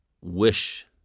wish